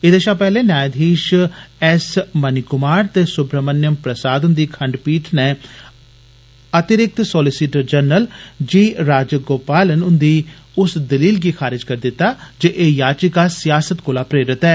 एदे षा पैहले न्यांधीष एस मनीकुमार ते सुब्राहमणयम प्रसाद हुन्दी खंड पीठ नै अतिरिक्त सोलीसीटर जनरल जी राजागोपालम हुन्दी उस दलील गी खारज करी दिता जे एह् याचिका सयासत कोला प्रेरित ऐ